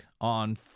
on